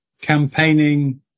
campaigning